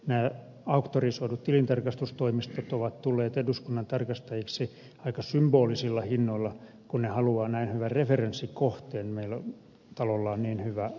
nämä auktorisoidut tilintarkastustoimistot ovat tulleet eduskunnan tarkastajiksi aika symbolisilla hinnoilla kun ne haluavat näin hyvän referenssikohteen meidän talolla on niin hyvä maine